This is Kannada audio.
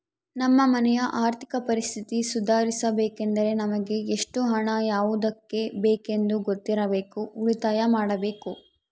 ನಮ್ಮ ಮನೆಯ ಆರ್ಥಿಕ ಪರಿಸ್ಥಿತಿ ಸುಧಾರಿಸಬೇಕೆಂದರೆ ನಮಗೆ ಎಷ್ಟು ಹಣ ಯಾವುದಕ್ಕೆ ಬೇಕೆಂದು ಗೊತ್ತಿರಬೇಕು, ಉಳಿತಾಯ ಮಾಡಬೇಕು